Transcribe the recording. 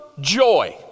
joy